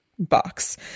box